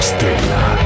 Stella